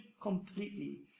completely